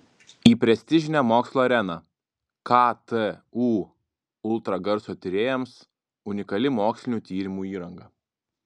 į prestižinę mokslo areną ktu ultragarso tyrėjams unikali mokslinių tyrimų įranga